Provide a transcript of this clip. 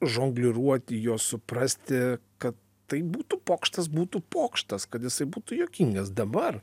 žongliruoti juos suprasti kad tai būtų pokštas būtų pokštas kad jisai būtų juokingas dabar